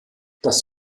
das